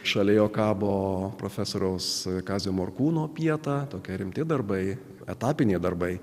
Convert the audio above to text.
šalia jo kabo profesoriaus kazio morkūno pieta tokie rimti darbai etapinė darbai